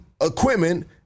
equipment